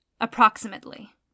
approximately